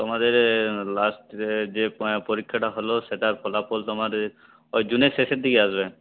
তোমাদেরে last যে পরীক্ষাটা হলো সেটার ফলাফল তোমারে ওই জুনের শেষের দিকে আসবে